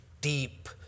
deep